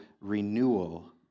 renewal